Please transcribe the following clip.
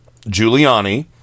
Giuliani